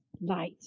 light